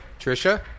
Trisha